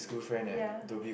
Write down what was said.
ya